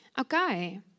Okay